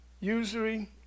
Usury